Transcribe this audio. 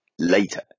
Later